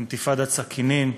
"אינתיפאדת סכינים"